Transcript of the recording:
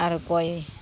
आरो गय